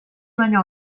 baino